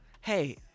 Hey